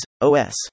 OS